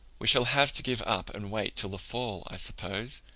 we shall have to give up and wait till the fall, i suppose,